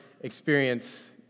experience